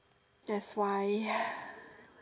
that's why